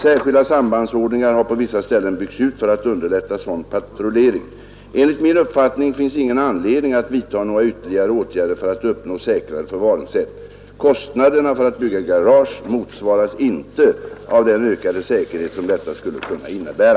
Särskilda sambandsanordningar har på vissa ställen byggts ut för att underlätta sådan patrullering. Enligt min uppfattning finns ingen anledning att vidta några ytterligare åtgärder för att uppnå säkrare förvaringssätt. Kostnaderna för att bygga garage motsvaras inte av den ökade säkerhet som detta skulle kunna innebära.